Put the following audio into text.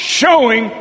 showing